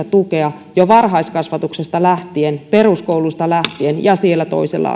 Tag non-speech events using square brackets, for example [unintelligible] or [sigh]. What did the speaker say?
[unintelligible] tukea jo varhaiskasvatuksesta lähtien peruskoulusta lähtien ja toisella [unintelligible]